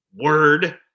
word